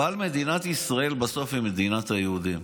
אבל מדינת ישראל בסוף היא מדינת היהודים.